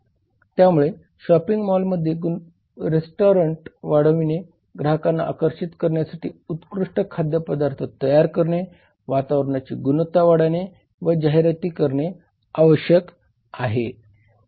त्यामुळे शॉपिंग मॉलमध्ये रेस्टॉरंट वाढवणे ग्राहकांना आकर्षित करण्यासाठी उत्कृष्ट खाद्यपदार्थ तयार करणे आणि वातावरणाची गुणवत्ता वाढविणे व जाहिराती करणे आवश्यक आहे